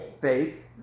faith